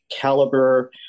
caliber